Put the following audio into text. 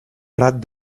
prat